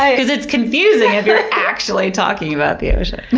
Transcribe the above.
because it's confusing if you're actually talking about the ocean.